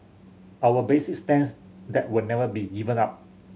our basic stance that will never be given up